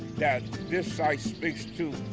that this site speaks to